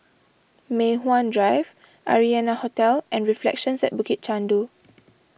Mei Hwan Drive Arianna Hotel and Reflections at Bukit Chandu